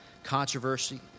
Controversy